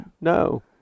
No